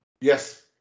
Yes